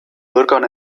bürgern